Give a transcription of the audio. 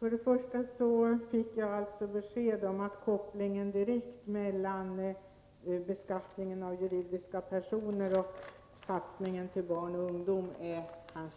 Herr talman! Jag fick alltså besked om att den direkta kopplingen mellan beskattningen av juridiska personer och satsningen på barn och ungdom är